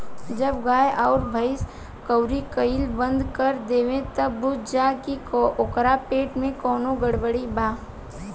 जब गाय अउर भइस कउरी कईल बंद कर देवे त बुझ जा की ओकरा पेट में कवनो गड़बड़ी बा